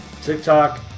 TikTok